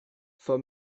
for